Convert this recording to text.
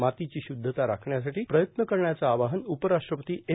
मातीची शुद्धता राखण्यासाठी प्रयत्न करण्याचं आवाहन उपराष्ट्रपती एम